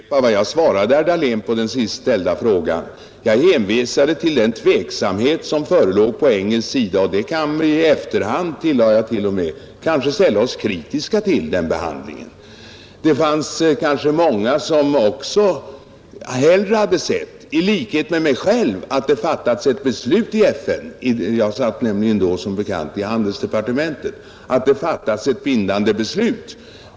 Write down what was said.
Herr talman! Jag skall inte upprepa vad jag svarade herr Dahlén på den nyss ställda frågan. Jag hänvisade till den tveksamhet som förelåg på engelsk sida, och jag tillade t.o.m. att vi i efterhand kanske kan ställa oss kritiska till behandlingen. Det fanns kanske många som i likhet med mig själv hellre hade sett att det fattats ett bindande beslut i FN redan från början. Som bekant satt jag nämligen då i handelsdepartementet.